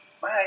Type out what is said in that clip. Bye